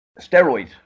steroids